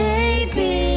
Baby